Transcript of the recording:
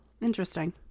Interesting